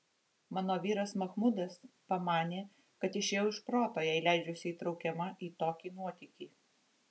mano vyras machmudas pamanė kad išėjau iš proto jei leidžiuosi įtraukiama į tokį nuotykį